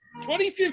2015